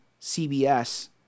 CBS